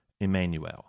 Emmanuel